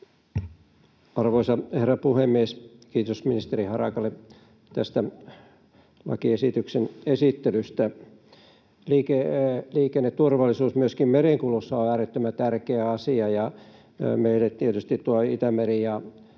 Arvoisa herra puhemies! Kiitos ministeri Harakalle tästä lakiesityksen esittelystä. Liikenneturvallisuus myöskin merenkulussa on äärettömän tärkeä asia, ja meille tietysti tuo Itämeri on